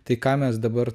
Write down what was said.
tai ką mes dabar